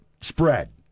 spread